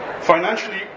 Financially